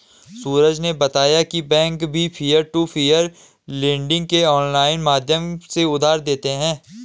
सूरज ने बताया की बैंक भी पियर टू पियर लेडिंग के ऑनलाइन माध्यम से उधार देते हैं